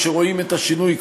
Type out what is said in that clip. כשרואים את השינוי,